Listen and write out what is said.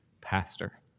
pastor